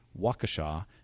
Waukesha